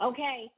Okay